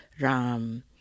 Ram